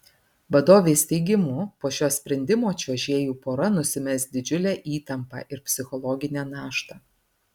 vadovės teigimu po šio sprendimo čiuožėjų pora nusimes didžiulę įtampą ir psichologinę naštą